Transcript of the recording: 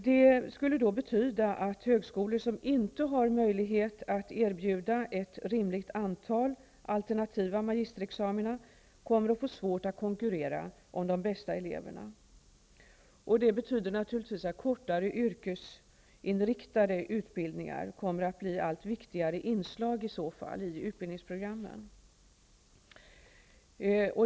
Det skulle då betyda att högskolor som inte har möjlighet att erbjuda ett rimligt antal alternativa magisterexamina kommer att få svårt att konkurrera om de bästa eleverna. Det betyder naturligtvis att kortare yrkesinriktade utbildningar kommer att bli allt viktigare inslag i utbildningsprogrammen.